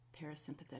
parasympathetic